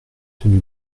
tenu